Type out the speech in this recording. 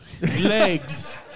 legs